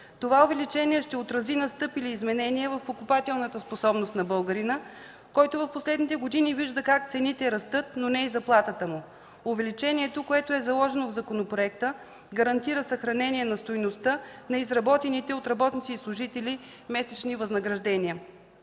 Това увеличение ще отрази настъпили изменения в покупателната способност на българина, който през последните години вижда как цените растат, но не и заплатата му. Заложеното в законопроекта увеличение гарантира съхранение на стойността на изработените от работници и служители месечни възнаграждения.